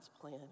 plan